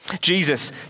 Jesus